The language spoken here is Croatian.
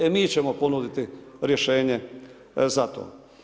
E, mi ćemo ponuditi rješenje za to.